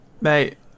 Mate